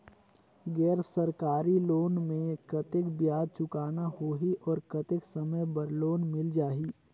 गैर सरकारी लोन मे कतेक ब्याज चुकाना होही और कतेक समय बर लोन मिल जाहि?